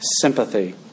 sympathy